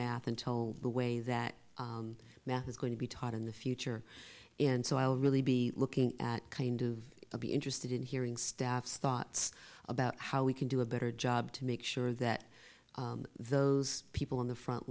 math and told the way that math is going to be taught in the future and so i'll really be looking at kind of be interested in hearing staffs thoughts about how we can do a better job to make sure that those people in the front